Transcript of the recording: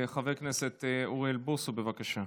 חבר הכנסת אוריאל בוסו, בבקשה.